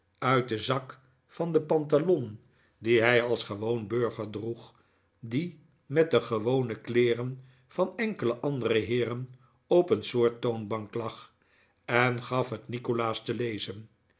uit den zak van de pantalon die hij als gewoon burger droeg die met de gewone kleeren van enkele andere heeren op een soort toonbank lag en gaf het nikolaas te lezen